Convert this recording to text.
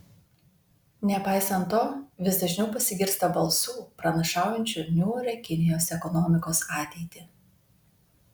nepaisant to vis dažniau pasigirsta balsų pranašaujančių niūrią kinijos ekonomikos ateitį